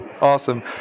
awesome